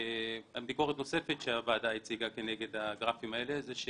ביקורת נוספת שהוועדה הציגה כנגד הגרפים האלה הייתה על כך